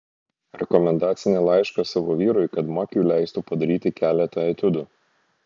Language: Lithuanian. rekomendacinį laišką savo vyrui kad makiui leistų padaryti keletą etiudų